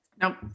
Nope